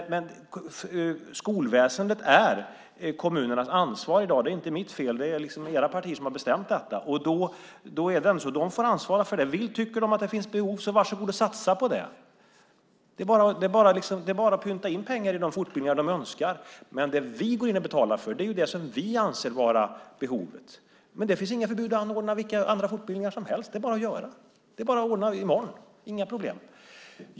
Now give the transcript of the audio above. Skolväsendet är kommunernas ansvar i dag. Det är inte mitt fel. Det är era partier som har bestämt detta. De får ansvara för det. Tycker de att det finns behov så varsågod att satsa på det. Det är bara att pynta in pengar till de fortbildningar som de önskar. Det vi går in och betalar för är ju det som vi anser vara behovet, men det finns inga förbud mot att anordna vilka andra fortbildningar som helst. Det är bara att göra. Det är bara att ordna i morgon. Det är inga problem.